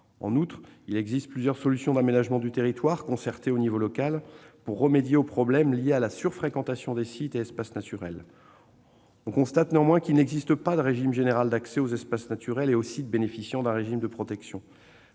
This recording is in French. En outre, plusieurs solutions d'aménagement du territoire, concertées au niveau local, visent à remédier aux problèmes liés à la sur-fréquentation des sites et espaces naturels. Cependant, il n'existe pas de régime général d'accès aux espaces naturels et aux sites bénéficiant d'un régime de protection.